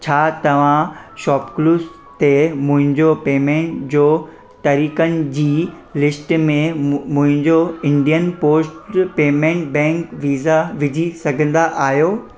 छा तव्हां शॉपक्लूस ते मुंहिंजो पेमेंट जो तरिक़नि जी लिस्ट में मु मुंहिंजो Indian post payment bank Visa विझी सघंदा आहियो